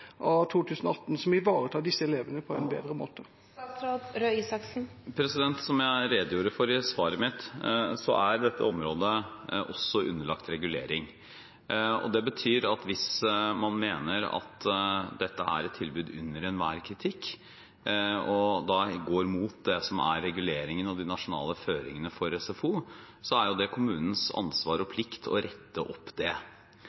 2018, som ivaretar disse elevene på en bedre måte? Som jeg redegjorde for i svaret mitt, er dette området også underlagt regulering. Det betyr at hvis man mener at dette er et tilbud under enhver kritikk, og som da går imot det som er reguleringene og de nasjonale føringene for SFO, er det kommunens ansvar og plikt å rette opp det.